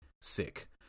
Sick